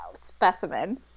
specimen